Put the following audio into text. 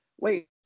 wait